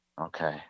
Okay